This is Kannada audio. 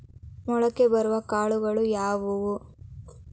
ಮೊಳಕೆ ಬರುವ ಕಾಳುಗಳು ಯಾವುವು?